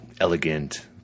elegant